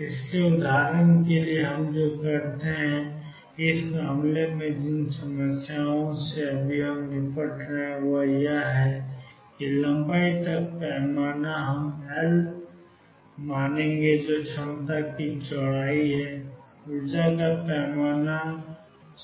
इसलिए उदाहरण के लिए हम जो करते हैं इस मामले में जिन समस्याओं से हम अभी निपट रहे हैं वह यह है कि लंबाई का पैमाना हम L मानेंगे जो कि क्षमता की चौड़ाई है और ऊर्जा का पैमाना